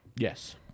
Yes